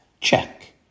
check